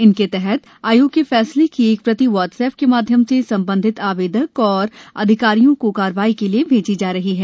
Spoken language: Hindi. इसके तहत आयोग के फैसले की एक प्रति व्हाट्सएप के माध्यम से संबंधित आवेदक और एक अधिकारियों को कार्रवाई के लिए भेजी जा रही है